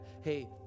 hey